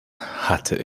hatte